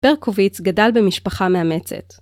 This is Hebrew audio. ברקוביץ גדל במשפחה מאמצת.